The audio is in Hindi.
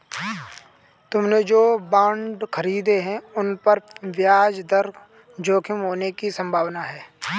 तुमने जो बॉन्ड खरीदे हैं, उन पर ब्याज दर जोखिम होने की संभावना है